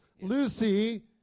Lucy